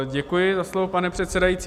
Děkuji za slovo, pane předsedající.